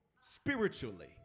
spiritually